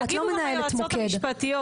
את לא מנהלת מוקד --- יגידו גם היועצות המשפטיות.